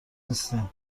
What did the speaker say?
نیستیم